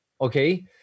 Okay